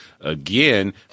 Again